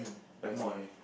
okay